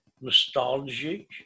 nostalgic